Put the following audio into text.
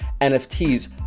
NFTs